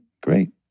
great